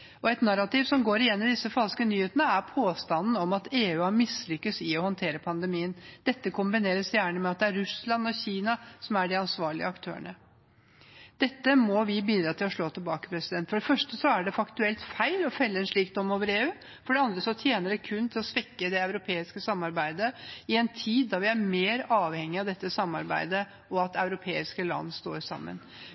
Et narrativ som går igjen i disse falske nyhetene, er påstanden om at EU har mislykkes i å håndtere pandemien. Dette kombineres gjerne med at det er Russland og Kina som er de ansvarlige aktørene. Dette må vi bidra til å slå tilbake. For det første er det faktuelt feil å felle en slik dom over EU, for det andre tjener det kun til å svekke det europeiske samarbeidet i en tid da vi er mer avhengige av dette samarbeidet og av at